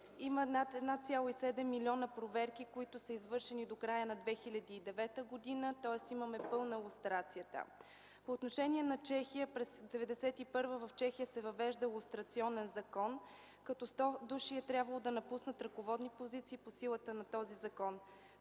има над 1,7 милиона проверки, които са извършени до края на 2009 г., тоест имаме пълна лустрация там. По отношение на Чехия – през 1991 г. се въвежда лустрационен закон като 100 души е трябвало да напуснат ръководни позиции по силата на този закон.